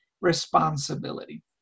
responsibility